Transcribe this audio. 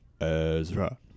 Ezra